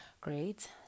great